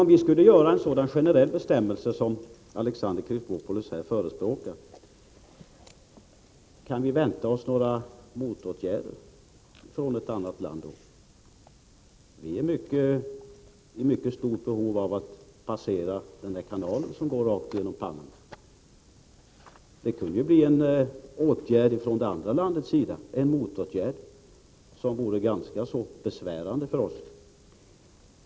Om vi skulle införa en sådan här generell bestämmelse som Alexander Chrisopoulos förespråkar, för exempelvis Panamaregistrerade fartyg, kan vi då vänta oss några motåtgärder? Svenskar är i mycket stort behov av att passera - den kanal som går rakt genom Panama. Det kunde ju vidtas en motåtgärd från Panamas sida som vore ganska besvärande för oss.